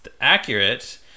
accurate